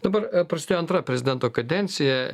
dabar prasidėjo antra prezidento kadencija